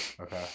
Okay